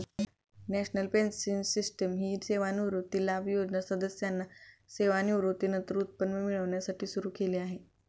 national pension system ही सेवानिवृत्ती लाभ योजना सदस्यांना सेवानिवृत्तीनंतर उत्पन्न मिळण्यासाठी सुरू केली आहे